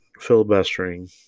filibustering